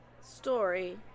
story